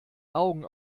augen